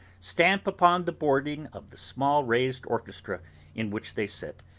stamp upon the boarding of the small raised orchestra in which they sit,